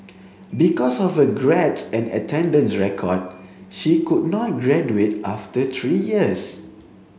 because of her grades and attendance record she could not graduate after three years